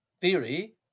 theory